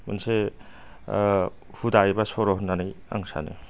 मोनसे हुदा एबा सर' होन्नानै आं सानो